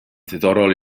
ddiddorol